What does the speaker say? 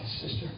sister